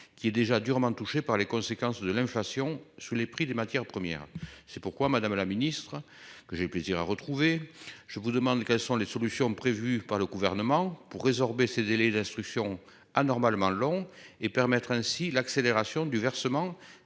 qui est déjà durement touchés par les conséquences de l'inflation sous les prix des matières premières. C'est pourquoi madame la ministre que j'ai plaisir à retrouver je vous demande quelles sont les solutions prévues par le gouvernement pour résorber ces délais d'instruction anormalement long et permettre ainsi l'accélération du versement